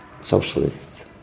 socialists